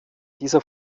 dieser